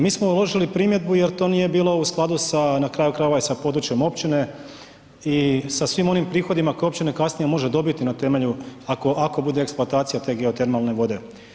Mi smo uložili primjedbu jer to nije bilo u skladu sa na kraju krajeva i sa područjem općine i sa svim onim prihodima koje općina kasnije može dobiti na temelju ako bude eksploatacija te geotermalne vode.